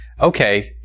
Okay